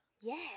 Yes